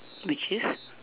which is